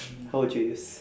how would you use